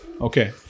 okay